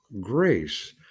grace